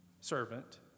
servant